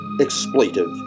Expletive